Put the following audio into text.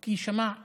כי שמע יריות,